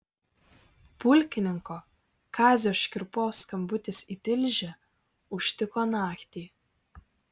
pulkininko kazio škirpos skambutis į tilžę užtiko naktį